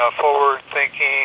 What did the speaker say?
forward-thinking